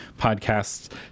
podcasts